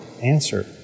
answer